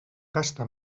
gasta